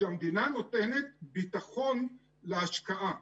כשהמדינה נותנת ביטחון להשקעה.